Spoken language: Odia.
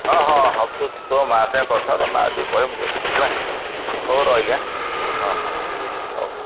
ହଁ ହଁ ହଁ ତୁ ତୋ ମା' ସାଙ୍ଗେ କଥା ହୁଅ ତୋ ମା' ଯଦି କହିବ ମୁଁ ଦେବି ହେଲା ହଉ ରହିଲି ଆଁ ହଁ ହଁ ହଉ ହଉ